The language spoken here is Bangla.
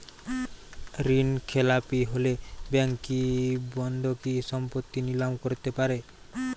ঋণখেলাপি হলে ব্যাঙ্ক কি বন্ধকি সম্পত্তি নিলাম করতে পারে?